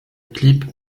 clip